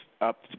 up